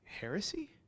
heresy